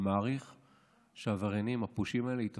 ומעריך שהעבריינים, הפושעים האלה, ייתפסו.